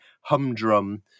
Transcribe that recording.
humdrum